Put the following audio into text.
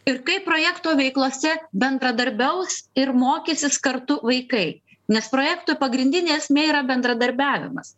ir kaip projekto veiklose bendradarbiaus ir mokysis kartu vaikai nes projekto pagrindinė esmė yra bendradarbiavimas